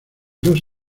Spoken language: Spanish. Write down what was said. dos